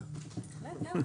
להצביע.